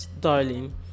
darling